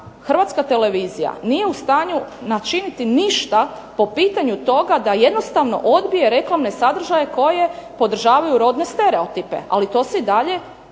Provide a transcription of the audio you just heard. Hrvatska televizija nije u stanju načiniti ništa po pitanju toga da jednostavno odbije reklamne sadržaje koji podržavaju rodne stereotipe ali to se i dalje